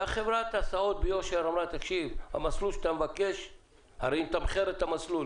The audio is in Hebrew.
וחברת ההסעות ביושר אמרה הרי היא מתמחרת את המסלול